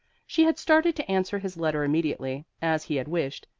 she had started to answer his letter immediately, as he had wished,